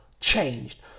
changed